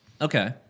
Okay